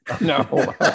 no